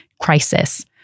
crisis